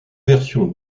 versions